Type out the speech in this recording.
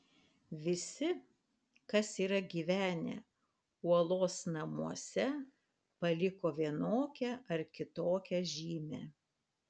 visi kas yra gyvenę uolos namuose paliko vienokią ar kitokią žymę